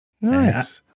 Nice